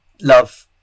love